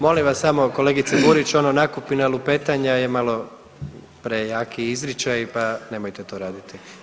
Molim vas samo kolegice Burić ono nakupina lupetanja je malo prejaki izričaj pa nemojte to raditi.